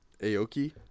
Aoki